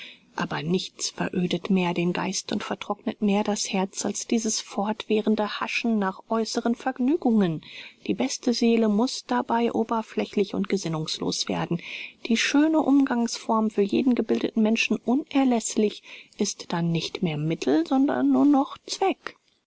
aber nichts verödet mehr den geist und vertrocknet mehr das herz als dieses fortwährende haschen nach äußeren vergnügungen die beste seele muß dabei oberflächlich und gesinnungslos werden die schöne umgangsform für jeden gebildeten menschen unerläßlich ist dann nicht mehr mittel sondern nur noch zweck